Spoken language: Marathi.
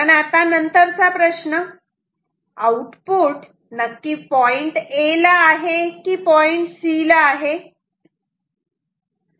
आता नंतरचा प्रश्न आउटपुट नक्की पॉईंट A ला आहे की पॉईंट C ला आहे